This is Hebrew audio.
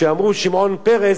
כשאמרו "שמעון פרס",